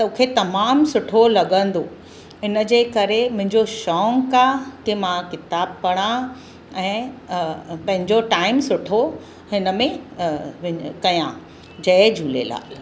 तोखे तमाम सुठो लॻंदो इनजे करे मुंहिंजो शौक़ु आहे की मां किताबु पढ़ा ऐं पंहिंजो टाइम सुठो हिन में कयां जय झूलेलाल